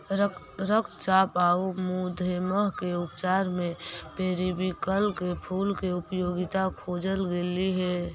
रक्तचाप आउ मधुमेह के उपचार में पेरीविंकल के फूल के उपयोगिता खोजल गेली हे